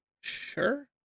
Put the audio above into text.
Sure